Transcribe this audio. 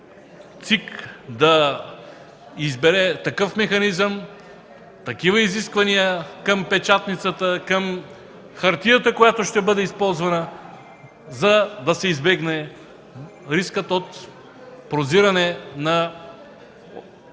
ЦИК да избере такъв механизъм, такива изисквания към печатницата, към хартията, която ще бъде използвана, за да се избегне рискът от прозиране на